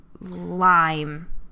lime